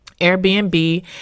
Airbnb